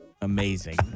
Amazing